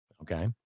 Okay